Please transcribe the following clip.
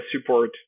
support